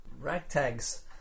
Ragtags